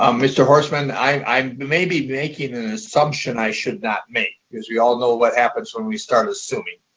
um mr. horstman, i may be making an assumption i should not make because we all know what happens when we start assuming.